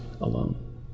alone